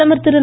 பிரதமர் திரு